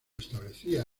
establecía